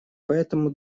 поэтому